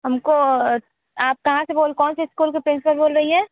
हमको आप कहाँ से बोल आप कौन सी स्कूल की प्रिंसिपल बोल रही हैं